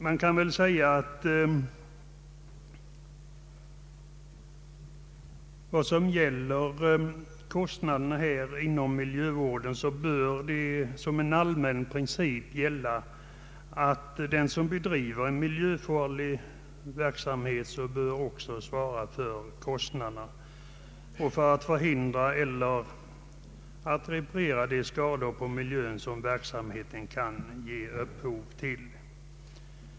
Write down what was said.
Beträffande kostnaderna för miljövården kan man väl säga, att som en allmän princip bör gälla att den som bedriver miljöfarlig verksamhet också skall svara för kostnaderna för att hindra eller reparera de skador på miljön som verksamheten kan ge upphov till.